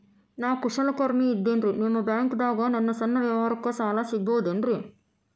ನಾ ಕುಶಲಕರ್ಮಿ ಇದ್ದೇನ್ರಿ ನಿಮ್ಮ ಬ್ಯಾಂಕ್ ದಾಗ ನನ್ನ ಸಣ್ಣ ವ್ಯವಹಾರಕ್ಕ ಸಾಲ ಸಿಗಬಹುದೇನ್ರಿ?